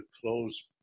close